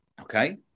Okay